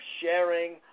sharing